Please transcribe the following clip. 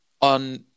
On